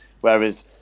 Whereas